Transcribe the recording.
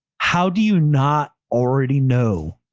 how do you not already know?